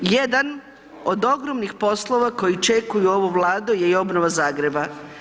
Jedan od ogromnih poslova koji čekaju ovu Vladu je i obnova Zagreba.